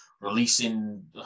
releasing